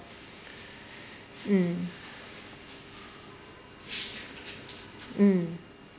mm mm